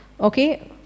Okay